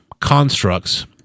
constructs